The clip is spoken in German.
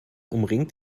umringt